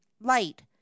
Light